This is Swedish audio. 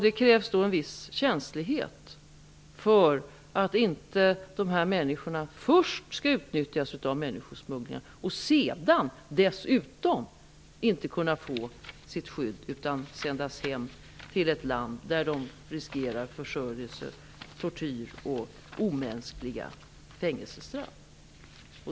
Det krävs då en viss känslighet, för att dessa människor inte först skall utnyttjas av människosmugglare och sedan inte få sitt skydd, utan sändas hem till länder där de riskerar förföljelse, tortyr och omänskliga fängelsestraff.